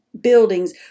buildings